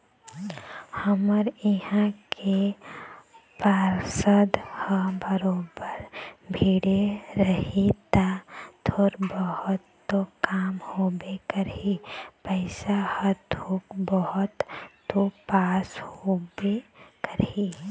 हमर इहाँ के पार्षद ह बरोबर भीड़े रही ता थोर बहुत तो काम होबे करही पइसा ह थोक बहुत तो पास होबे करही